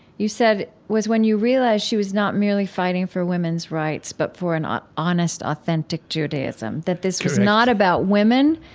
you said, was when you realized she was not merely fighting for women's rights, but for an ah honest, authentic judaism that this was not about women,